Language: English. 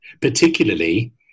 particularly